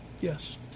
yes